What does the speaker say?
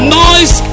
noise